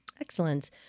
Excellent